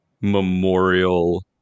memorial